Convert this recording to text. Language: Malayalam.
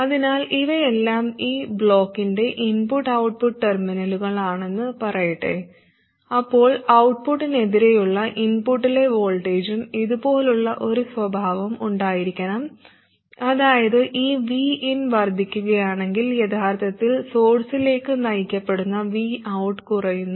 അതിനാൽ ഇവയെല്ലാം ഈ ബ്ലോക്കിന്റെ ഇൻപുട്ട് ഔട്ട്പുട്ട് ടെർമിനലുകളാണെന്ന് പറയട്ടെ അപ്പോൾ ഔട്ട്പുട്ടിനെതിരെയുള്ള ഇൻപുട്ടിലെ വോൾട്ടേജും ഇതുപോലുള്ള ഒരു സ്വഭാവം ഉണ്ടായിരിക്കണം അതായത് ഈ Vin വർദ്ധിക്കുകയാണെങ്കിൽ യഥാർത്ഥത്തിൽ സോഴ്സിലേക്ക് നയിക്കപ്പെടുന്ന Vout കുറയുന്നു